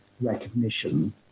recognition